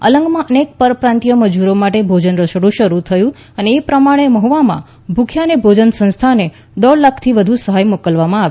અલંગમાં અનેક પરપ્રાંતિય મજુરો માટે ભોજન રસોડું શરૂ થયું અને એ પ્રમાણે મહ્વામાં ભૂખ્યાંને ભોજન સંસ્થાને દોઢ લાખની સહાય મોકલવામાં આવી